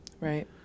Right